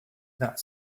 that